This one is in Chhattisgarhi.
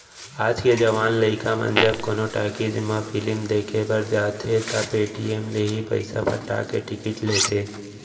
आज के जवान लइका मन जब कोनो टाकिज म फिलिम देखे बर जाथें त पेटीएम ले ही पइसा पटा के टिकिट लेथें